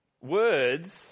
Words